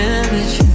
Damage